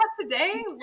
today